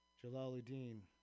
Jalaluddin